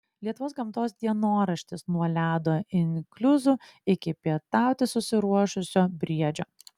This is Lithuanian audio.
lietuvos gamtos dienoraštis nuo ledo inkliuzų iki pietauti susiruošusio briedžio